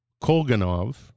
Kolganov